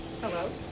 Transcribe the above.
Hello